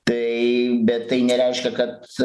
tai bet tai nereiškia kad